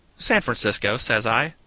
san francisco, says i.